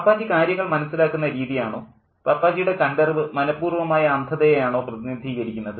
പാപ്പാജി കാര്യങ്ങൾ മനസ്സിലാക്കുന്ന രീതി ആണോ പാപ്പാജിയുടെ കണ്ടറിവ് മനഃപൂർവ്വമായ അന്ധതയെ ആണോ പ്രതിനിധീകരിക്കുന്നത്